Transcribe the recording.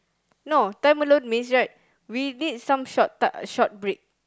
no time alone means right we need some short time short break